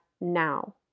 now